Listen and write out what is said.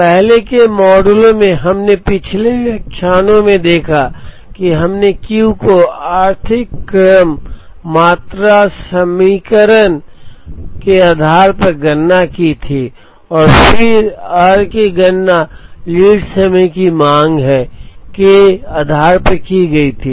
पहले के मॉडलों में हमने पिछले व्याख्यानों में देखा था कि हमने Q को आर्थिक क्रम मात्रा समीकरण के आधार पर गणना की थी और फिर R की गणना लीड समय की मांग के आधार पर की गई थी